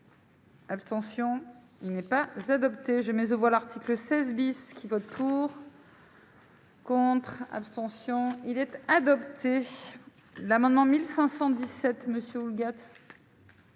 Abstention : il n'est pas adopté, je mais aux voix, l'article 16 bis qui vote pour. Contre, abstention il être adopté l'amendement 1517 Monsieur Houlgate.